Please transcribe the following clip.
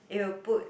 you put